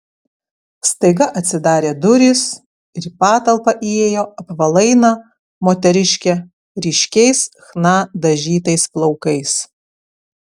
staiga atsidarė durys ir į patalpą įėjo apvalaina moteriškė ryškiais chna dažytais plaukais